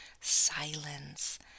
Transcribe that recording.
silence